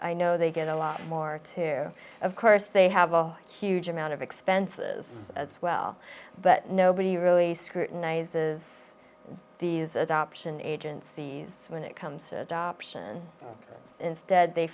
i know they get a lot more too of course they have a huge amount of expenses as well but nobody really scrutinizes these adoption agencies when it comes to adoption instead they